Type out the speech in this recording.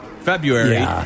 February